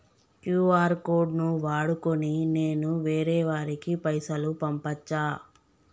QR code ను వాడుకొని నేను వేరే వారికి పైసలు పంపచ్చా?